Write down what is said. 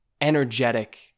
energetic